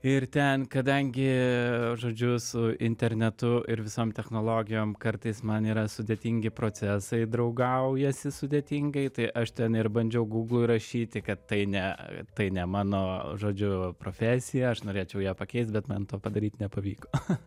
ir ten kadangi žodžiu su internetu ir visom technologijom kartais man yra sudėtingi procesai draugaujasi sudėtingai tai aš ten ir bandžiau gūglui įrašyti kad tai ne tai ne mano žodžiu profesija aš norėčiau ją pakeisti bet man to padaryt nepavyko